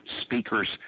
speakers